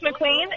McQueen